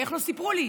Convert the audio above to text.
ואיך לא סיפרו לי?